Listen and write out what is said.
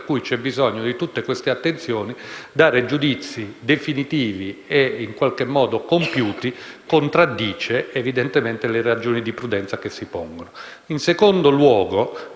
per cui c'è bisogno di tutte queste attenzioni, dare giudizi definitivi e in qualche modo compiuti, contraddice evidentemente le ragioni di prudenza che si pongono.